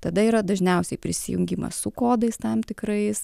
tada yra dažniausiai prisijungimas su kodais tam tikrais